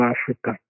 Africa